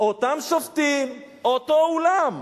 אותם שופטים, אותו אולם.